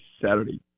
Saturday